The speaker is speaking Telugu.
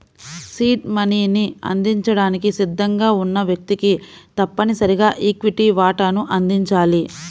సీడ్ మనీని అందించడానికి సిద్ధంగా ఉన్న వ్యక్తికి తప్పనిసరిగా ఈక్విటీ వాటాను అందించాలి